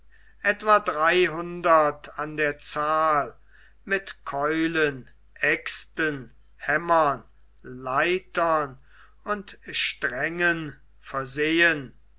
etwa dreihundert an der zahl mit keulen aexten hämmern leitern und strängen versehen